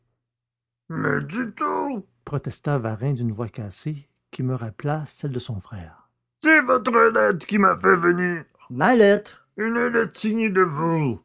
du tout protesta varin d'une voix cassée qui me rappela celle de son frère c'est votre lettre qui m'a fait venir ma lettre une lettre signée de vous